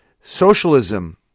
Socialism